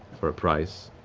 for a price,